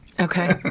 Okay